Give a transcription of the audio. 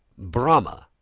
brahma,